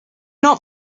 not